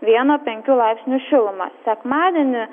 vieną penkių laipsnių šilumą sekmadienį